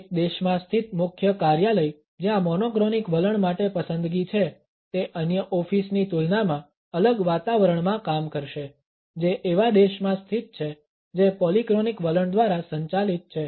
એક દેશમાં સ્થિત મુખ્ય કાર્યાલય જ્યાં મોનોક્રોનિક વલણ માટે પસંદગી છે તે અન્ય ઓફિસ ની તુલનામાં અલગ વાતાવરણમાં કામ કરશે જે એવા દેશમાં સ્થિત છે જે પોલીક્રોનિક વલણ દ્વારા સંચાલિત છે